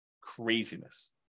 Craziness